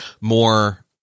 more